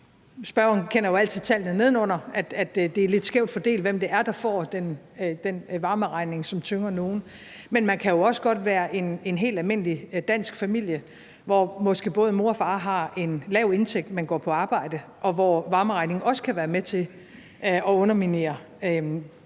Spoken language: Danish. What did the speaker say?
Spørgeren kender jo alt til tallene, der ligger nedenunder, nemlig at det er lidt skævt fordelt, hvem det er, der får den varmeregning, som tynger nogle. Men man kan jo også godt være en helt almindelig dansk familie, hvor måske både mor og far har en lav indtægt, men går på arbejde, og hvor varmeregningen også kan være med til at underminere